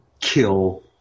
kill